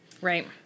Right